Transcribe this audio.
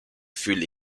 fühle